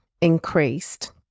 increased